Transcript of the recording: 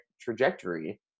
trajectory